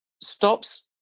stops